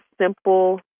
simple